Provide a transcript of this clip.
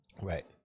Right